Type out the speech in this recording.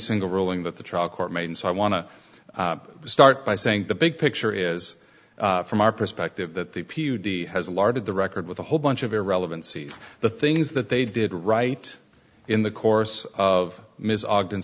single ruling that the trial court made and so i want to start by saying the big picture is from our perspective that the pudi has larded the record with a whole bunch of irrelevancies the things that they did right in the course of ms ogden